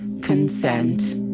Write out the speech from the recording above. consent